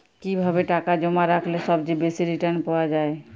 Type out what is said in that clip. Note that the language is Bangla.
কিভাবে টাকা জমা রাখলে সবচেয়ে বেশি রির্টান পাওয়া য়ায়?